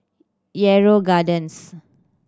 Yarrow Gardens